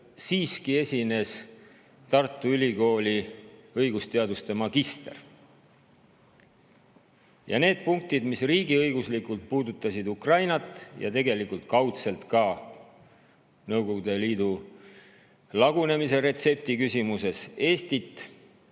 siiski Tartu Ülikooli õigusteaduse magister. Ja need punktid, mis riigiõiguslikult puudutasid Ukrainat ja kaudselt ka Nõukogude Liidu lagunemise retsepti küsimuses Eestit,